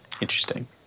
Interesting